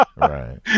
Right